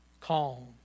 Calm